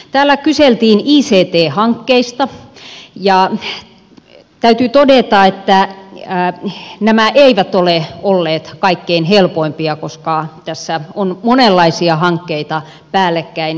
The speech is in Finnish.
täällä kyseltiin ict hankkeista ja täytyy todeta että nämä eivät ole olleet kaikkein helpoimpia koska tässä on monenlaisia hankkeita päällekkäin menossa